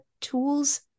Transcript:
tools